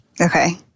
okay